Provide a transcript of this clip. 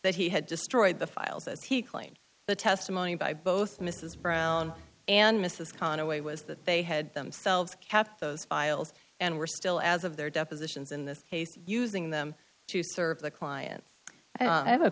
that he had destroyed the files as he claimed the testimony by both mrs brown and mrs conaway was that they had themselves kept those files and were still as of their depositions in this case using them to serve the client and i have a